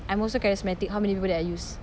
I'm also charismatic how many people that I use